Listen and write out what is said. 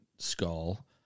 skull